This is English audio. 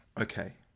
Okay